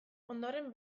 ondoren